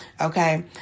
Okay